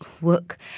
work